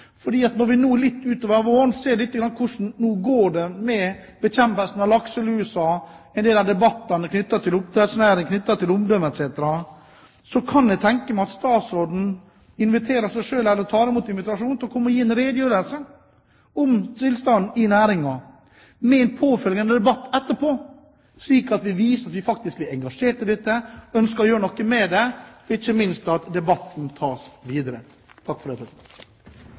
Når vi nå utover våren får se hvordan det går med bekjempelsen av lakselusen – debattene knyttet til oppdrettsnæringen, knyttet til omdømmet etc. – kunne jeg tenke meg at statsråden tar imot en invitasjon om å komme og gi en redegjørelse om tilstanden i næringen, med en påfølgende debatt, slik at vi viser at vi faktisk er engasjert i dette og ønsker å gjøre noe med det – og ikke minst at debatten tas videre. Spørsmålene fra interpellanten og debatten i det